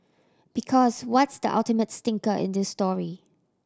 because what's the ultimate stinker in this story